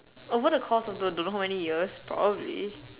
oh what the cost of the don't know how many years probably